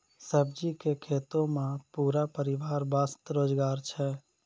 सब्जी के खेतों मॅ पूरा परिवार वास्तॅ रोजगार छै